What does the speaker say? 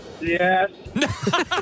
Yes